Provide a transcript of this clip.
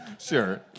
Sure